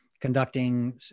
conducting